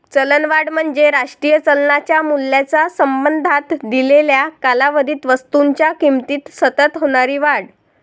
चलनवाढ म्हणजे राष्ट्रीय चलनाच्या मूल्याच्या संबंधात दिलेल्या कालावधीत वस्तूंच्या किमतीत सतत होणारी वाढ